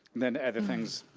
then the other things.